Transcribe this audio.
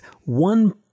one